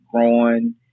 growing